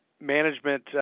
management